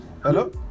Hello